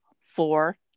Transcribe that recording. four